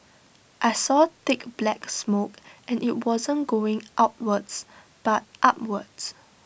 I saw thick black smoke and IT wasn't going outwards but upwards